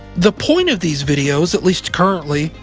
the point of these videos, at least currently,